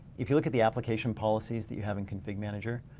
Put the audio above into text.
if you look at the application policies that you have in config manager.